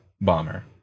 bomber